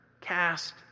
cast